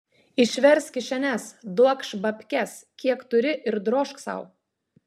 išversk kišenes duokš babkes kiek turi ir drožk sau